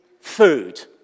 food